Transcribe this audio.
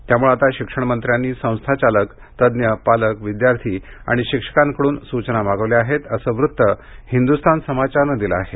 त्यामुळे आता शिक्षणमंत्र्यांनी संस्थाचालक तज्ज्ञ पालक विद्यार्थी आणि शिक्षकांकडून सूचना मागवल्या आहेत असं वृत्त हिंदुस्तान समाचारने दिलं आहे